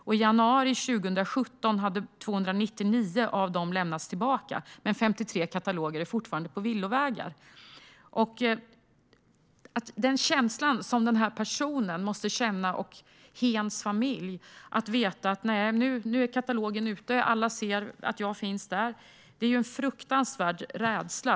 I januari 2017 hade 299 av dem lämnats tillbaka, men 53 kataloger är fortfarande på villovägar. När denna person och hens familj får veta att katalogen är ute och alla ser att hen finns med där måste de bära på en fruktansvärd rädsla.